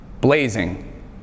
Blazing